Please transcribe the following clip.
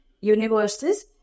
universes